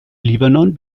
libanon